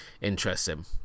interesting